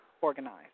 organized